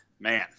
Man